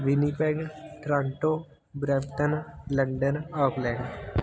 Winnipeg Toronto Brampton London Auckland